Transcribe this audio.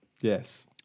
Yes